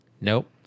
Nope